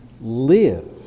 live